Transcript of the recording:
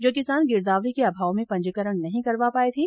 जो किसान गिरदावरी के अभाव में पंजीकरण नहीं करवा पाये थे